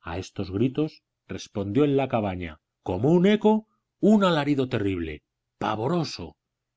a estos gritos respondió en la cabaña como un eco un alarido terrible pavoroso